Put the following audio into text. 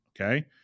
okay